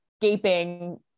gaping